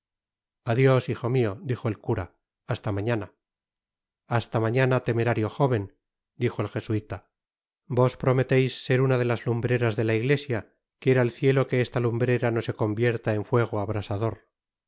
hijo mio dijo el cura hasta mañana hasta mañana temerario jóven dijo el jesuita vos prometeis ser una de las lumbreras de la iglesia quiera el cielo que esta lumbrera no se convierta en fuego abrasador